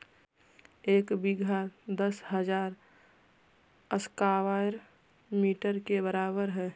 एक बीघा दस हजार स्क्वायर मीटर के बराबर हई